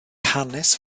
hanes